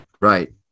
right